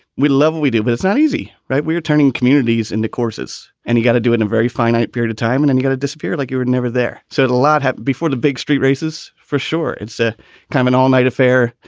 we love, and we do. but it's not easy, right? we were turning communities into courses and he got to do it in a very finite period of time and and he got to disappear like you were never there. so a lot happened before the big st races for sure. it's a common all night affair.